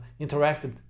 interacted